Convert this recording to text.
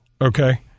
Okay